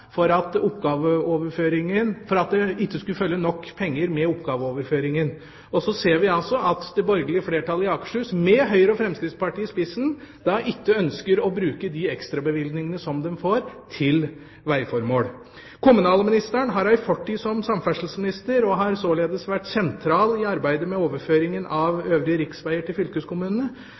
at det ikke skulle følge nok penger med oppgaveoverføringa. Så ser vi altså at det borgerlige flertallet i Akershus, med Høyre og Fremskrittspartiet i spissen, ikke ønsker å bruke de ekstrabevilgningene som de får, til vegformål. Kommunalministeren har ei fortid som samferdselsminister og har således vært sentral i arbeidet med overføringen av øvrige riksveger til fylkeskommunene.